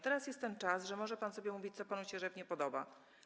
Teraz jest ten czas, że może pan sobie mówić, co panu się żywnie podoba.